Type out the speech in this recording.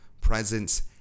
presence